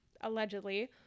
allegedly